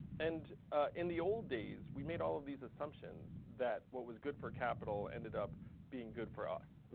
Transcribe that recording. and in the old days, we made all of these assumptions that what was good for capital ended up being good for us,